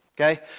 okay